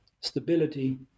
stability